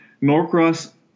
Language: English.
Norcross